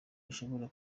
ushobora